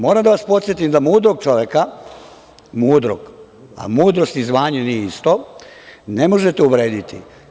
Moram da vas podsetim da mudrog čoveka, mudrog, a mudrost i zvanje nije isto, ne možete uvrediti.